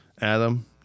Adam